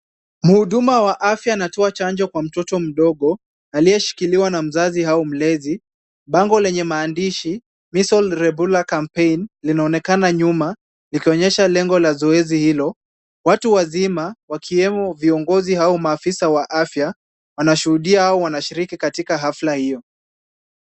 Mhuduma wa afya anatowa chanjo kwa mtoto mdogo aliyeshikiliwa na mzazi au mlezi. Bango lenye maandishi Measles Rubella Campaign linaonekana nyuma likionyesha lengo la zoezi hilo. Watu wazima, wakiwemo viongozi au maafisa wa afya, wanashuhudia au wanashiriki katika hafla hiyo.